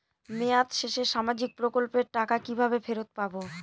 মেয়াদ শেষে সামাজিক প্রকল্পের টাকা কিভাবে ফেরত পাবো?